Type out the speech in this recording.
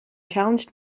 challenged